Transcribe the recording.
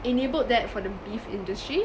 enabled that for the beef industry